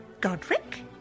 Godric